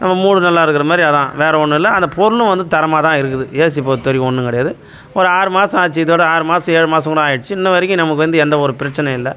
நம்ம மூடு நல்லா இருக்கிற மாதிரி அதான் வேறு ஒன்றுல்ல அந்த பொருளும் வந்து தரமாக தான் இருக்குது ஏசி பொறுத்தவரைக்கும் ஒன்றும் கிடையாது ஒரு ஆறு மாதம் ஆச்சு இதோட ஆறு மாதம் ஏலு மாதம் கூட ஆயிடுச்சு இன்ன வரைக்கும் நமக்கு வந்து எந்த ஒரு பிரச்சனை இல்லை